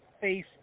face